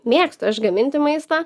mėgstu aš gaminti maistą